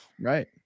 Right